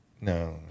No